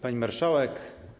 Pani Marszałek!